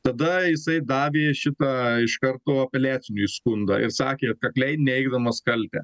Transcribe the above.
tada jisai davė šitą iš karto apeliaciniui skundą ir sakė atkakliai neigdamas kaltę